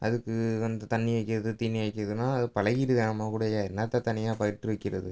அதுக்கு வந்து தண்ணி வைக்கிறது தீனி வைக்கிறதுன்னால் அது பழகிடுதுதே நம்ம கூடயே என்னத்தை தனியாக பயிற்றுவிக்கிறது